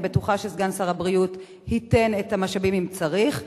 אני בטוחה שסגן שר הבריאות ייתן את המשאבים אם צריך.